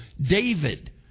David